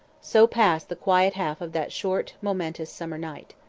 so passed the quiet half of that short, momentous, summer night.